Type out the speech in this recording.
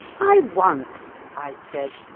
i once, i said,